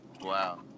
Wow